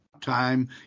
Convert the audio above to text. time